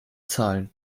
zahlen